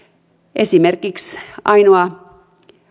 esimerkiksi ainoa